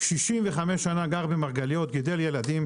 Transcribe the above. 65 שנה גר במרגליות, גידל ילדים,